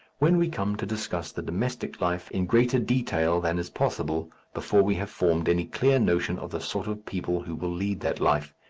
when we come to discuss the domestic life in greater detail than is possible before we have formed any clear notion of the sort of people who will lead that life.